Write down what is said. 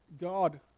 God